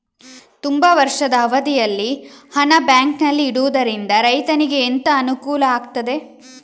ತುಂಬಾ ವರ್ಷದ ಅವಧಿಯಲ್ಲಿ ಹಣ ಬ್ಯಾಂಕಿನಲ್ಲಿ ಇಡುವುದರಿಂದ ರೈತನಿಗೆ ಎಂತ ಅನುಕೂಲ ಆಗ್ತದೆ?